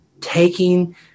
taking